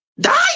die